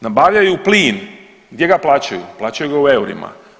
Nabavljaju plin, gdje ga plaćaju, plaćaju ga u eurima.